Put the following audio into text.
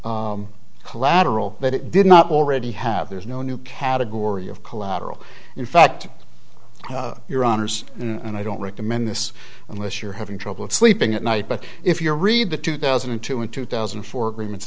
in collateral that it did not already have there's no new category of collateral in fact your honour's and i don't recommend this unless you're having trouble sleeping at night but if your read the two thousand and two and two thousand and four agreements